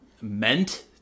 meant